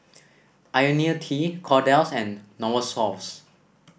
IoniL T Kordel's and Novosource